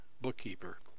bookkeeper